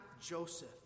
Joseph